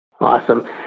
Awesome